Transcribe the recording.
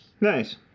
nice